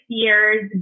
years